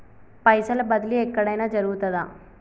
పైసల బదిలీ ఎక్కడయిన జరుగుతదా?